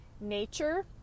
nature